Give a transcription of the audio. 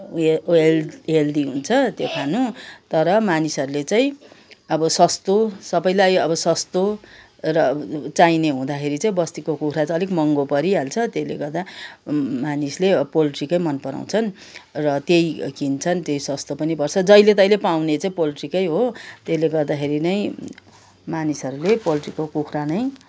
हेल् हेल् हेल्दी हुन्छ त्यो खानु तर मानिसहरूले चाहिँ अब सस्तो सबैलाई अब सस्तो र चाहिने हुँदाखेरि चाहिँ बस्तीको कुखुरा चाहिँ अलिक महँगो परिहाल्छ त्यसले गर्दा मानिसले पोल्ट्रीकै मन पराउँछन् र त्यही किन्छन् र त्यही सस्तो पनि पर्छ जहिले तहिले पाउने चाहिँ पोल्ट्रीकै हो त्यसले गर्दाखेरि नै मानिसहरू ले पोल्ट्रीको कुखुरा नै